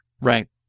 Right